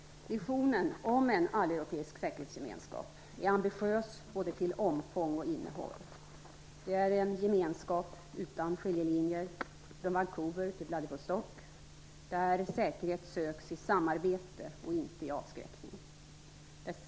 Visionen om en alleuropeisk säkerhetsgemenskap är ambitiös både till omfång och innehåll. Det är en gemenskap utan skiljelinjer från Vancouver till Vladivostok, där säkerhet söks i samarbete och inte i avskräckning.